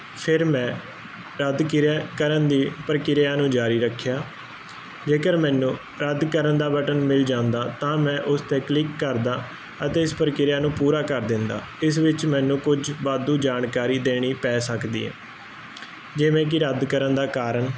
ਫਿਰ ਮੈਂ ਰੱਦ ਕਿਰਿਆ ਕਰਨ ਦੀ ਪ੍ਰਕਿਰਿਆ ਨੂੰ ਜਾਰੀ ਰੱਖਿਆ ਜੇਕਰ ਮੈਨੂੰ ਰੱਦ ਕਰਨ ਦਾ ਬਟਨ ਮਿਲ ਜਾਂਦਾ ਤਾਂ ਮੈਂ ਉਸ ਤੇ ਕਲਿੱਕ ਕਰਦਾ ਅਤੇ ਇਸ ਪ੍ਰਕਿਰਿਆ ਨੂੰ ਪੂਰਾ ਕਰ ਦਿੰਦਾ ਇਸ ਵਿੱਚ ਮੈਨੂੰ ਕੁਝ ਵਾਧੂ ਜਾਣਕਾਰੀ ਦੇਣੀ ਪੈ ਸਕਦੀ ਜਿਵੇਂ ਕਿ ਰੱਦ ਕਰਨ ਦਾ ਕਾਰਨ